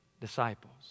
disciples